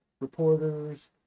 reporters